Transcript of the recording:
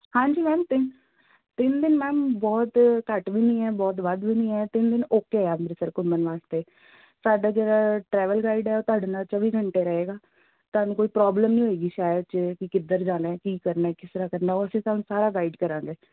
ਹਾਂਜੀ ਮੈਮ ਤਿੰਨ ਤਿੰਨ ਦਿਨ ਮੈਮ ਬਹੁਤ ਘੱਟ ਵੀ ਨਹੀਂ ਹੈ ਬਹੁਤ ਵੱਧ ਵੀ ਨਹੀਂ ਹੈ ਤਿੰਨ ਦਿਨ ਓਕੇ ਆ ਅੰਮ੍ਰਿਤਸਰ ਘੁੰਮਣ ਵਾਸਤੇ ਸਾਡਾ ਜਿਹੜਾ ਟਰੈਵਲ ਗਾਈਡ ਹੈ ਉਹ ਤੁਹਾਡੇ ਨਾਲ ਚੌਵੀ ਘੰਟੇ ਰਹੇਗਾ ਤੁਹਾਨੂੰ ਕੋਈ ਪ੍ਰੋਬਲਮ ਨਹੀਂ ਹੋਏਗੀ ਸ਼ਹਿਰ 'ਚ ਕਿ ਕਿੱਧਰ ਜਾਣਾ ਕੀ ਕਰਨਾ ਕਿਸ ਤਰ੍ਹਾਂ ਕਰਨਾ ਉਹ ਅਸੀਂ ਤੁਹਾਨੂੰ ਸਾਰਾ ਗਾਈਡ ਕਰਾਂਗੇ